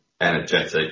energetic